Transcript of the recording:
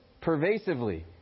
pervasively